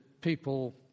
people